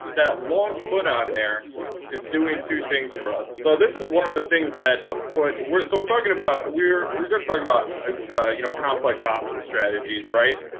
that long put on there is doing two things for us. so this is one of the things that a put so we're talking about we're we're going to talk about you know complex option strategies, right?